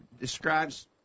describes